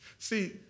See